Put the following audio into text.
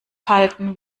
halten